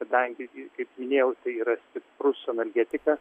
kadangi kaip minėjau tai yra stiprus analgetikas